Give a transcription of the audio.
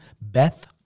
Beth